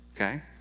okay